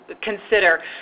consider